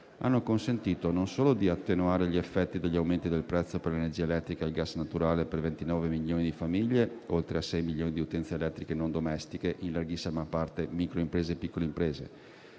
hanno consentito non solo di attenuare gli effetti degli aumenti del prezzo per l'energia elettrica e il gas naturale per 29 milioni di famiglie, oltre a 6 milioni di utenze elettriche non domestiche, in larghissima parte microimprese e piccole imprese,